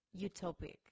utopic